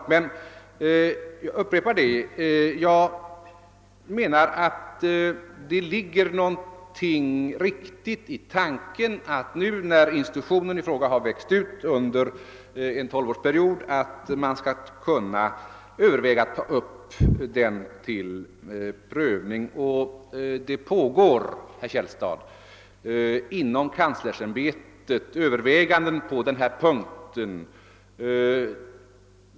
Jag menar emellertid, jag upprepar det, att det ligger någonting riktigt i tanken att när institutionen nu har växt ut under en 12-årsperiod bör man kunna ta upp frågan till prövning. Inom universitetskanslersämbetet pågår överväganden på den punkten.